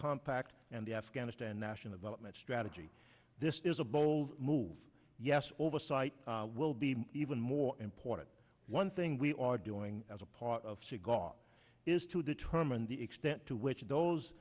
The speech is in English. compact and the afghanistan national development strategy this is a bold move yes oversight will be even more important one thing we are doing as a part of seagal is to determine the extent to which those